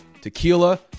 Tequila